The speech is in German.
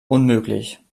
unmöglich